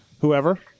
whoever